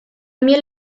miel